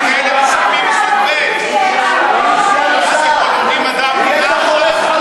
אלה משחקים מסוג א' ואלה משחקים מסוג ב' אדוני